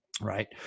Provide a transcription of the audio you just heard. Right